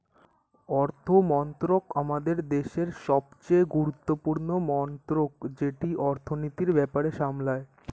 অর্থমন্ত্রক আমাদের দেশের সবচেয়ে গুরুত্বপূর্ণ মন্ত্রক যেটি অর্থনীতির ব্যাপার সামলায়